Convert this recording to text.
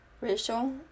Racial